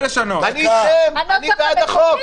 לשנות --- אני שואל למה אתה רוצה לשנות את החוק